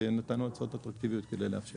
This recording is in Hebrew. ונתנו הצעות אטרקטיביות כדי לאפשר את זה.